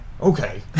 Okay